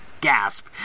Gasp